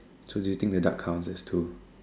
so do you think the duck count as two